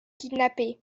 kidnapper